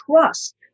trust